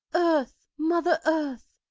earth, mother earth!